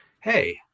hey